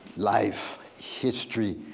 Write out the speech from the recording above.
life, history,